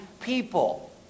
people